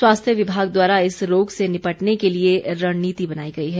स्वास्थ्य विभाग द्वारा इस रोग से निपटने के लिए रणनीति बनाई गई है